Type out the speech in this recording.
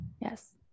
Yes